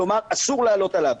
כלומר אסור לעלות עליו.